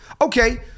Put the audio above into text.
okay